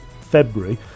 February